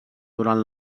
durant